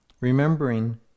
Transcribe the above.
remembering